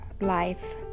life